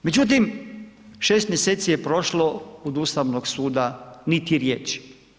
Međutim, 6 mjeseci je prošlo od Ustavnog suda niti riječi.